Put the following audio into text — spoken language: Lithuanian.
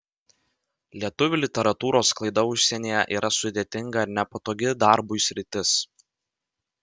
lietuvių literatūros sklaida užsienyje yra sudėtinga ir nepatogi darbui sritis